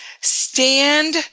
Stand